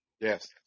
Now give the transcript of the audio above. Yes